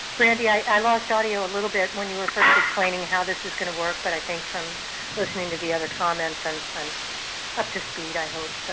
brandy, i lost audio a little bit when you first um explaining how this is going to work, but i think, from listening to the other comments, and so i'm up to speed, i hope.